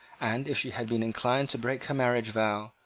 and, if she had been inclined to break her marriage vow,